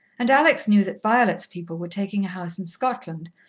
and alex knew that violet's people were taking a house in scotland,